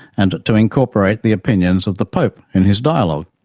and to incorporate the opinions of the pope in his dialogue.